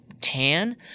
tan